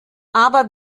aber